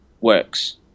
works